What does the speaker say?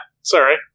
sorry